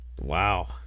Wow